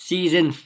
Season